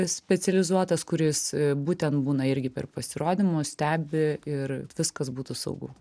specializuotas kuris būtent būna irgi per pasirodymus stebi ir viskas būtų saugu